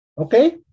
Okay